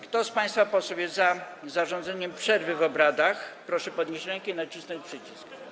Kto z państwa posłów jest za zarządzeniem przerwy w obradach, proszę podnieść rękę i nacisnąć przycisk.